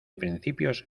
principios